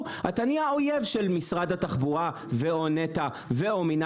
אתה נהיה אויב של משרד התחבורה ו/או של נת"ע ,